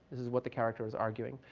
this is what the character is arguing.